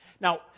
Now